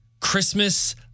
Christmas